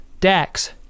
Dax